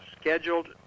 scheduled